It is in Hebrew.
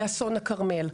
באסון הכרמל.